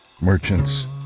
merchants